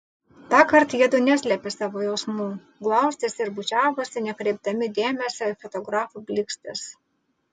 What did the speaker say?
tąkart jiedu neslėpė savo jausmų glaustėsi ir bučiavosi nekreipdami dėmesio į fotografų blykstes